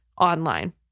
online